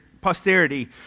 posterity